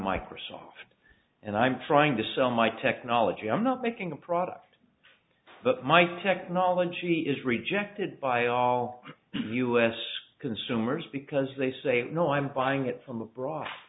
microsoft and i'm trying to sell my technology i'm not making a product that my technology is rejected by all u s consumers because they say no i'm buying it from abr